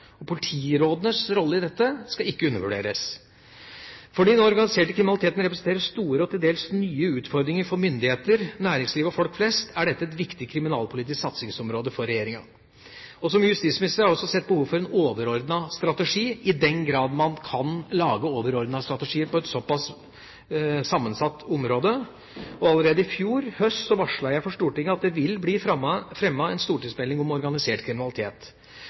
Politirådenes rolle i dette skal ikke undervurderes. Fordi den organiserte kriminaliteten representerer store og til dels nye utfordringer for myndigheter, næringsliv og folk flest, er dette et viktig kriminalpolitisk satsingsområde for regjeringa. Som justisminister har jeg også sett behovet for en overordnet strategi – i den grad man kan lage overordnede strategier på et såpass sammensatt område. Allerede i fjor høst varslet jeg Stortinget om at det vil bli fremmet en stortingsmelding om organisert kriminalitet.